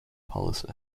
policy